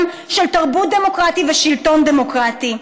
של תרבות דמוקרטית ושלטון דמוקרטי.